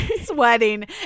sweating